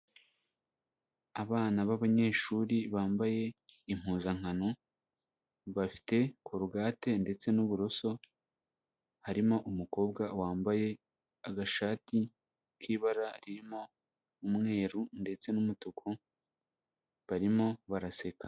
Abana b'abanyeshuri bambaye impuzankano bafite colgate ndetse n'uburoso. Harimo umukobwa wambaye agashati k'ibara ririmo umweru ndetse n'umutuku barimo baraseka.